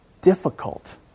difficult